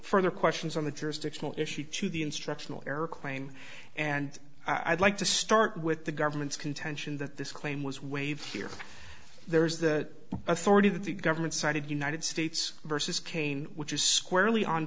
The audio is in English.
further questions on the jurisdictional issue to the instructional eric lane and i'd like to start with the government's contention that this claim was waived here there's the authority that the government cited united states versus kane which is squarely on